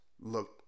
look